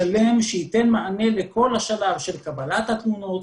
שלם שייתן מענה לכל השלב של קבלת התלונות,